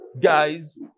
guys